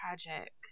tragic